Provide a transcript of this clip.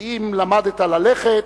כי אם למדנו ללכת,